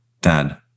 Dad